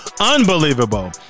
unbelievable